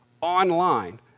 online